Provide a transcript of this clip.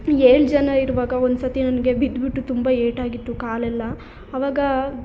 ಏಳು ಜನ ಇರುವಾಗ ಒಂದು ಸರ್ತಿ ನನಗೆ ಬಿದ್ದುಬಿಟ್ಟು ತುಂಬ ಏಟಾಗಿತ್ತು ಕಾಲೆಲ್ಲ ಅವಾಗ